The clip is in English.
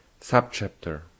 Subchapter